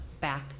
back